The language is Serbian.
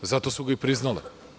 Zato su ga i priznale.